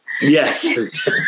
Yes